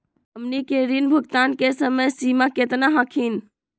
हमनी के ऋण भुगतान के समय सीमा केतना हखिन?